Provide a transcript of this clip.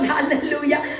Hallelujah